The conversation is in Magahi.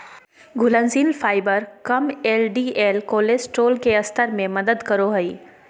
घुलनशील फाइबर कम एल.डी.एल कोलेस्ट्रॉल के स्तर में मदद करो हइ